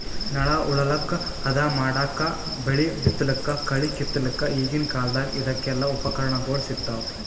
ನೆಲ ಉಳಲಕ್ಕ್ ಹದಾ ಮಾಡಕ್ಕಾ ಬೆಳಿ ಬಿತ್ತಲಕ್ಕ್ ಕಳಿ ಕಿತ್ತಲಕ್ಕ್ ಈಗಿನ್ ಕಾಲ್ದಗ್ ಇದಕೆಲ್ಲಾ ಉಪಕರಣಗೊಳ್ ಸಿಗ್ತಾವ್